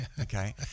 okay